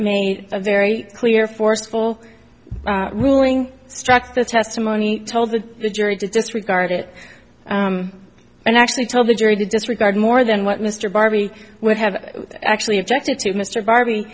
made a very clear forceful ruling struck the testimony told the jury to disregard it and actually told the jury to disregard more than what mr barbee would have actually objected to mr barb